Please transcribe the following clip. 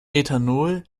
ethanol